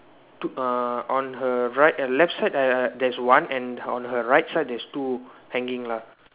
took uh on her right and left side err there's one and on her right side there's two hanging lah